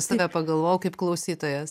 save pagalvojau kaip klausytojas